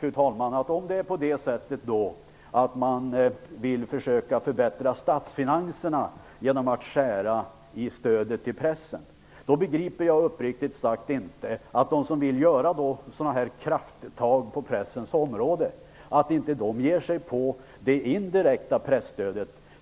Fru talman! Kanske är det så att några vill försöka förbättra statsfinanserna genom att skära i stödet till pressen. Men då begriper jag uppriktigt sagt inte att de som vill ta sådana krafttag på pressens område inte ger sig på det indirekta presstödet.